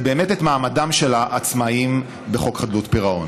מעמדם של העצמאים בחוק חדלות פירעון.